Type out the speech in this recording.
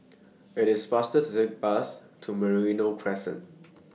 IT IS faster to Take The Bus to Merino Crescent